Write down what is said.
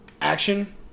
action